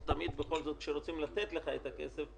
תמיד בכל זאת כשרוצים לתת לך את הכסף,